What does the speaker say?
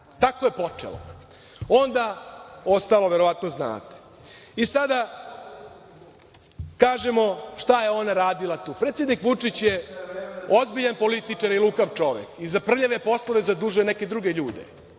Tako je počelo. Ostalo verovatno znate. Sada kažemo šta je ona radila tu? Predsednik Vučić je ozbiljan političar i lukav čovek i za prljave poslove zadužuje neke druge ljude,